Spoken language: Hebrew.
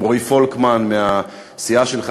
עם רועי פולקמן מהסיעה שלך,